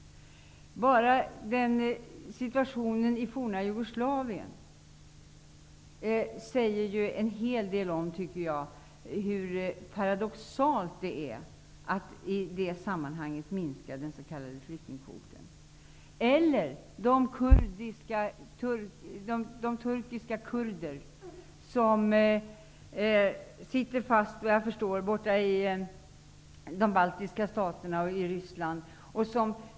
Bara situationen i det forna Jugoslavien säger ju en hel del om hur paradoxalt det är att i det sammanhanget minska den s.k. flyktingkvoten. Vi har också de turkiska kurder som sitter fast i de baltiska staterna och i Ryssland.